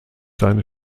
seine